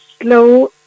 slow